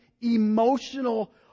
emotional